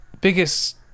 biggest